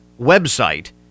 website